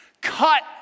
cut